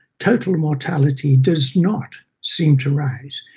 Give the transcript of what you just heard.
total mortality does not seem to rise.